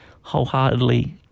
wholeheartedly